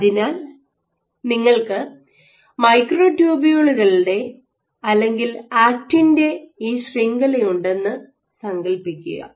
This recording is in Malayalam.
അതിനാൽ നിങ്ങൾക്ക് മൈക്രോട്യൂബുളുകളുടെ അല്ലെങ്കിൽ ആക്റ്റിന്റെ ഈ ശൃംഖല ഉണ്ടെന്ന് സങ്കൽപ്പിക്കുക